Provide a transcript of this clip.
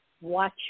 watch